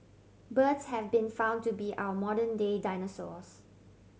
birds have been found to be our modern day dinosaurs